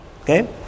Okay